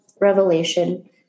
revelation